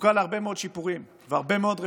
זקוקה להרבה מאוד שיפורים ולהרבה מאוד רפורמות.